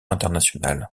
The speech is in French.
international